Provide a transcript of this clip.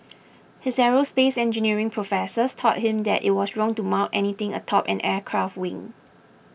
his aerospace engineering professors taught him that it was wrong to mount anything atop an aircraft wing